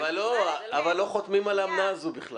אבל לא חותמים על האמנה הזאת בכלל.